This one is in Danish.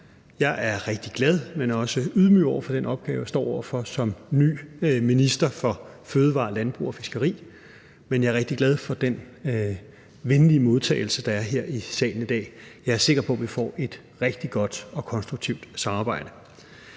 Jeg er rigtig glad, men også ydmyg over for den opgave, jeg står over for som ny minister for fødevarer, landbrug og fiskeri, men jeg er rigtig glad for den venlige modtagelse, der er her i salen i dag. Jeg er sikker på, vi får et rigtig godt og konstruktivt samarbejde.